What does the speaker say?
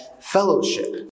fellowship